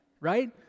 right